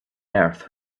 earth